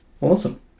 Awesome